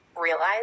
realize